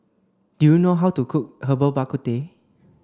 do you know how to cook Herbal Bak Ku Teh